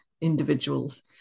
individuals